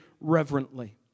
reverently